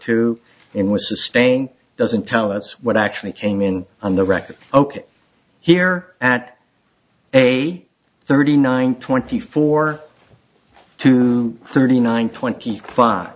to it was staying doesn't tell us what actually came in on the record ok here at a thirty nine twenty four to thirty nine twenty five